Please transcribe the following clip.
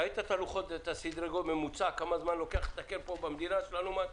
ראית בממוצע כמה זמן לוקח לתקן פה במדינה שלנו משהו.